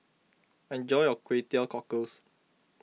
enjoy your Kway Teow Cockles